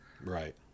Right